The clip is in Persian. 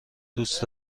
دوست